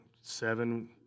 seven